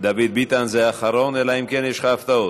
דוד ביטן, זה האחרון, אלא אם כן יש לך הפתעות.